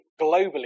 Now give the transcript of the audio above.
globally